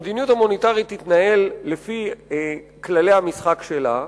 המדיניות המוניטרית תתנהל לפי כללי המשחק שלה,